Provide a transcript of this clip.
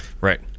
Right